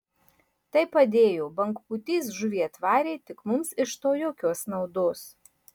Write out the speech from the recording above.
tai padėjo bangpūtys žuvį atvarė tik mums iš to jokios naudos